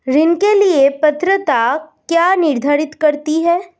ऋण के लिए पात्रता क्या निर्धारित करती है?